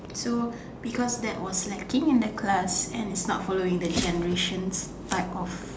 so because that was lacking in the class and it not following the generations part of